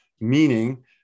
meaning